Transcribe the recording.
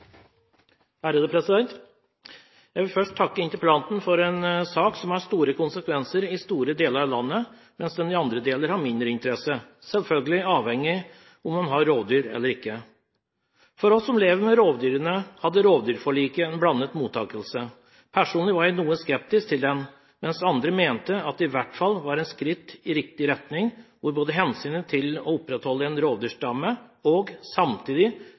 Jeg vil først takke interpellanten for en sak som har store konsekvenser i store deler av landet, mens den i andre deler har mindre interesse, selvfølgelig avhengig av om en har rovdyr eller ikke. For oss som lever med rovdyrene, fikk rovdyrforliket en blandet mottakelse. Personlig var jeg noe skeptisk til det, mens andre mente at det i hvert fall var et skritt i riktig retning, hvor en både tok hensyn til det å opprettholde en rovdyrstamme og samtidig